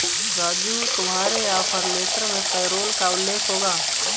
राजू तुम्हारे offer letter में payroll का उल्लेख होगा